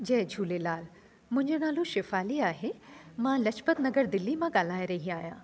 जय झूलेलाल मुंहिंजो नालो शेफ़ाली आहे मां लाजपत नगर दिल्ली मां ॻाल्हाए रही आहियां